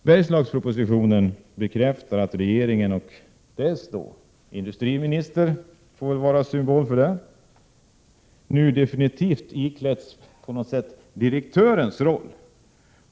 Bergslagspropositionen bekräftar att regeringen — och industriministern får väl stå som symbol för det — nu definitivt har iklätt sig direktörens roll.